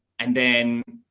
and then,